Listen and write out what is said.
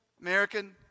American